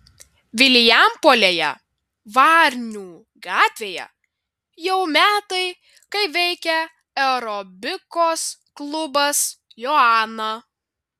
vilijampolėje varnių gatvėje jau metai kaip veikia aerobikos klubas joana